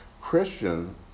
Christian